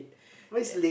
yeah